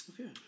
Okay